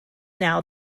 now